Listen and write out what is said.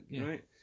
right